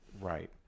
right